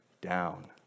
down